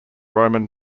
roman